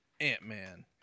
Ant-Man